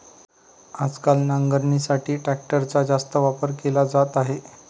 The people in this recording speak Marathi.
आजकाल नांगरणीसाठी ट्रॅक्टरचा जास्त वापर केला जात आहे